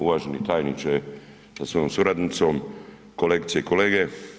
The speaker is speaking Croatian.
Uvaženi tajniče sa svojom suradnicom, kolegice i kolege.